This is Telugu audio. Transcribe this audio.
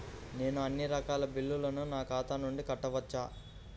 నేను అన్నీ రకాల బిల్లులను నా ఖాతా నుండి కట్టవచ్చా?